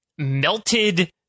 melted